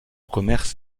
commerce